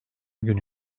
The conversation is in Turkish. günü